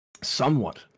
Somewhat